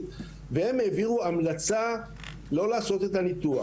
והם העבירו המלצה לא לעשות את הניתוח.